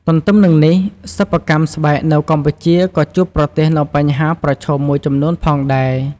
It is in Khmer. ទន្ទឺមនឹងនេះ សិប្បកម្មស្បែកនៅកម្ពុជាក៏ជួបប្រទះនូវបញ្ហាប្រឈមមួយចំនួនផងដែរ។